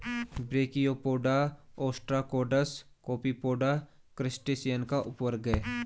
brachiopoda, ostracods, copepoda, crustacean का उपवर्ग है